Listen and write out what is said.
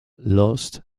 lost